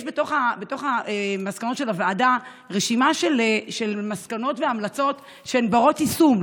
יש במסקנות הוועדה רשימה של מסקנות והמלצות שהן בנות-יישום,